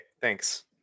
thanks